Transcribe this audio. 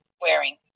wearing